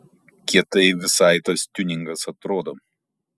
kietai visai tas tiuningas atrodo